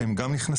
הם גם נכנסים?